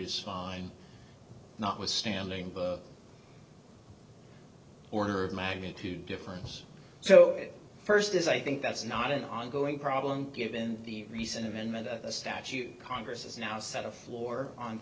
is fine notwithstanding the order of magnitude difference so first as i think that's not an ongoing problem given the recent amendment a statute congress has now set a floor on